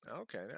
okay